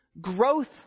growth